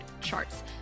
Charts